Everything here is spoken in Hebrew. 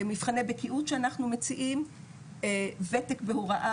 מבחני בקיאות שאנחנו מציעים וותק בהוראה